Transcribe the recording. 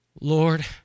Lord